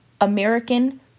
American